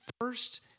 first